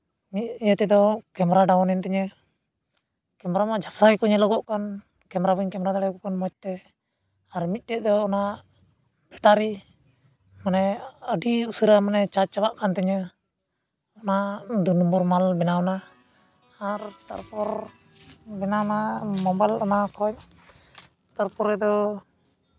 ᱢᱤᱫ ᱤᱭᱟᱹ ᱛᱮᱫᱚ ᱠᱮᱢᱮᱨᱟ ᱰᱟᱣᱩᱱ ᱮᱱ ᱛᱤᱧᱟ ᱠᱮᱢᱮᱨᱟ ᱢᱟ ᱡᱷᱟᱯᱥᱟ ᱜᱮᱠᱚ ᱧᱮᱞᱚᱜᱚᱜ ᱠᱟᱱ ᱠᱮᱢᱮᱨᱟ ᱵᱟᱹᱧ ᱠᱮᱢᱮᱨᱟ ᱫᱟᱲᱮ ᱠᱚ ᱠᱟᱱ ᱢᱚᱡᱽ ᱛᱮ ᱟᱨ ᱢᱤᱫᱴᱮᱡ ᱫᱚ ᱚᱱᱟ ᱵᱮᱴᱟᱨᱤ ᱢᱟᱱᱮ ᱟᱹᱰᱤ ᱩᱥᱟᱹᱨᱟ ᱢᱟᱱᱮ ᱪᱟᱨᱡᱽ ᱪᱟᱵᱟᱜ ᱠᱟᱱ ᱛᱤᱧᱟ ᱚᱱᱟ ᱫᱩ ᱱᱚᱢᱵᱚᱨ ᱢᱟᱞ ᱵᱮᱱᱟᱣᱱᱟ ᱟᱨ ᱛᱟᱨᱯᱚᱨ ᱵᱮᱱᱟᱣᱱᱟ ᱢᱳᱵᱟᱭᱤᱞ ᱚᱱᱟ ᱠᱚ ᱛᱟᱨᱯᱚᱨᱮ ᱫᱚ